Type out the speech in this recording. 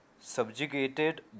subjugated